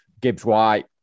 Gibbs-White